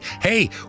hey